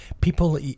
people